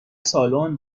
سالن